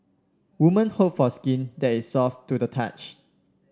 women hope for skin that is soft to the touch